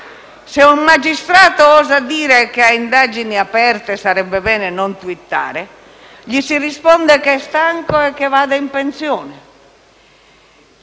Se un magistrato osa dire che a indagini aperte sarebbe bene non twittare, gli si risponde che è stanco e che vada in pensione.